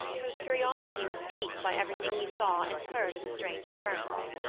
whose curiosity was piqued by everything he saw and heard of the strange occurrence.